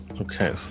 Okay